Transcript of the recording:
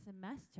semester